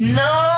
no